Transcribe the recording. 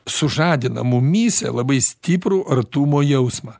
sužadina mumyse labai stiprų artumo jausmą